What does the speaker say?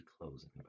closing